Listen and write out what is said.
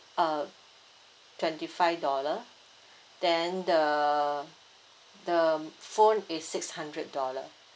uh twenty five dollar then the the phone is six hundred dollar